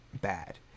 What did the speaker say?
bad